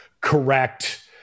correct